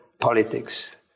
politics